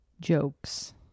Jokes